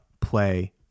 play